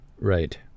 Right